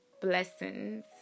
blessings